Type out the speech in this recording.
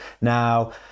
Now